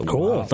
Cool